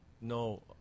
No